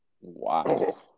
wow